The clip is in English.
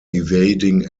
evading